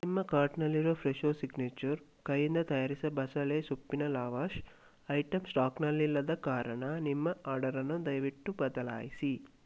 ನಿಮ್ಮ ಕಾರ್ಟ್ನಲ್ಲಿರುವ Fresho signature ಕೈಯ್ಯಿಂದ ತಯಾರಿಸಿದ ಬಸಳೆ ಸೊಪ್ಪಿನ ಲವಾಷ್ ಐಟಂ ಸ್ಟಾಕ್ನಲ್ಲಿಲ್ಲದ ಕಾರಣ ನಿಮ್ಮ ಆರ್ಡರನ್ನು ದಯವಿಟ್ಟು ಬದಲಾಯಿಸಿ